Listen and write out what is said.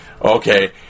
Okay